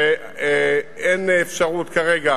שאין אפשרות כרגע